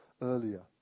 earlier